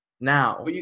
Now